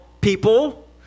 people